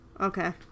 Okay